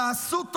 תעשו טובה,